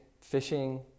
fishing